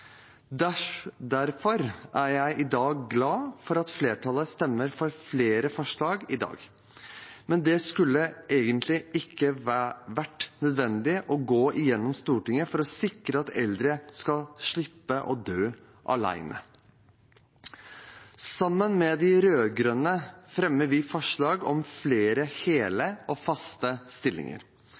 Derfor er jeg glad for at flertallet stemmer for flere forslag i dag. Men det skulle egentlig ikke vært nødvendig å gå gjennom Stortinget for å sikre at eldre skal slippe å dø alene. Sammen fremmer de rød-grønne forslag om flere hele og faste stillinger.